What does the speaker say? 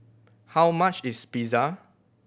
how much is Pizza